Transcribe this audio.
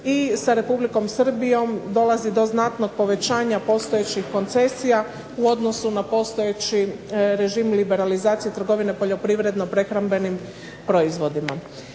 i sa Republikom Srbijom dolazi do znatnog povećanja postojećih koncesija u odnosu na postojeći režim liberalizacije trgovine poljoprivredno-prehrambenim proizvodima.